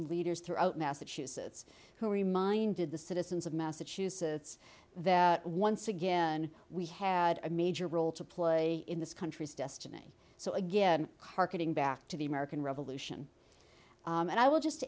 leaders throughout massachusetts who reminded the citizens of massachusetts that once again we had a major role to play in this country's destiny so again hearkening back to the american revolution and i will just